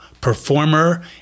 performer